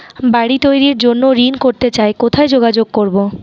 বাড়ি তৈরির জন্য ঋণ করতে চাই কোথায় যোগাযোগ করবো?